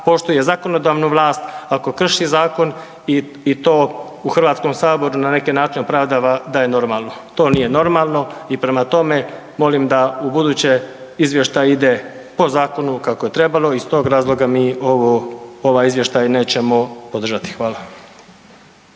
poštuje zakonodavnu vlast ako krši zakon i to u Hrvatskom saboru na neki način opravdava da je normalno. To nije normalno i prema tome molim da ubuduće izvještaj ide po zakonu kako je trebalo i iz tog razloga mi ovaj izvještaj nećemo podržati. Hvala.